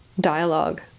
dialogue